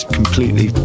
completely